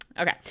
Okay